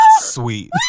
sweet